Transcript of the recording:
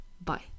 Bye